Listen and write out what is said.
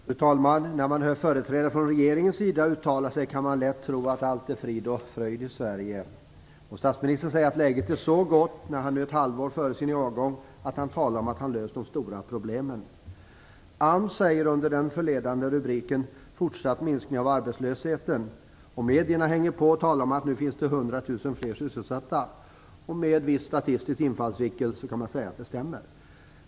Fru talman! När man hör företrädare för regeringen uttala sig kan man lätt tro att allt är frid och fröjd i Sverige. Enligt statsministern är läget nu, ett halvår före hans avgång, så gott att han talar om att han har löst de stora problemen. AMS kommer med ett pressmeddelande under den förledande rubriken "Fortsatt minskning av arbetslösheten", och medierna hänger på och talar om att det nu finns 100 000 fler sysselsatta. Med en viss statistisk infallsvinkel kan man säga att detta stämmer.